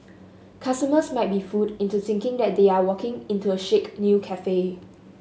customers might be fooled into thinking that they are walking into a chic new cafe